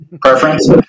preference